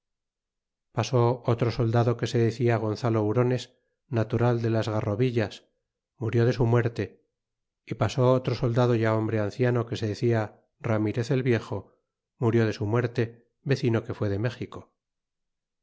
pasó otro soldado que se decia gonzalo hurones natural de las garrobillas murió de su muerte e pasó otro soldado ya hombre anciano que se decia ramirez el viejo murió de su muerte vecino que fué de méxico